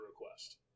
request